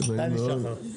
דני שחר.